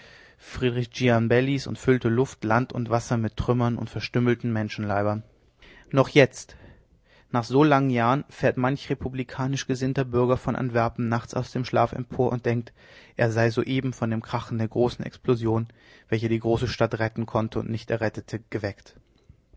gianibellis und füllte luft land und wasser mit trümmern und verstümmelten menschenleibern noch jetzt nach so langen jahren fährt manch ein republikanisch gesinnter bürger von antwerpen nachts aus dem schlaf empor und denkt er sei soeben von dem krachen der großen explosion welche die große stadt retten konnte und nicht errettete geweckt